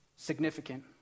significant